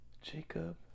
Jacob